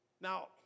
Now